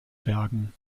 bergen